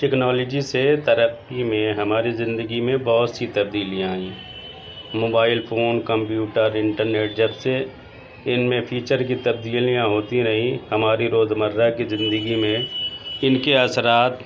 technology سے ترقی میں ہماری زندگی میں بہت سی تبدیلیاں آئیں موبائل فون کمپیوٹر انٹرنیٹ جب سے ان میں فیچر کی تبدیلیاں ہوتی رہیں ہماری روز مرہ کی زندگی میں ان کے اثرات